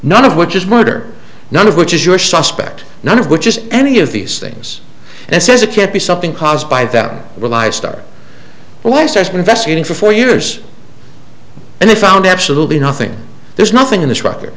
none of which is murder none of which is your suspect none of which is any of these things and says it can't be something caused by that well i started when i started investigating for four years and they found absolutely nothing there's nothing in the str